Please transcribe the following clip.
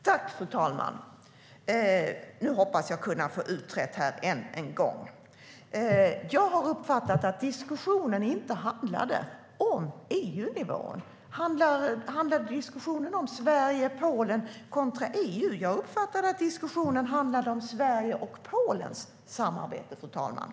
Fru talman! Nu hoppas jag kunna få detta utrett än en gång. Jag har uppfattat att diskussionen inte handlade om EU-nivån. Handlade diskussionen om Sverige-Polen kontra EU? Jag uppfattade att diskussionen handlade om Sveriges och Polens samarbete, fru talman.